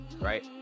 right